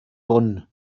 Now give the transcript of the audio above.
bonn